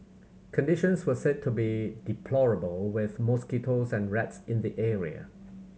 conditions were said to be deplorable with mosquitoes and rats in the area